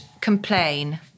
complain